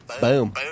Boom